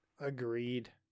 Agreed